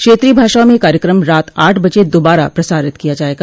क्षेत्रीय भाषाओं में यह कार्यक्रम रात आठ बजे दोबारा प्रसारित किया जाएगा